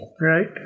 Right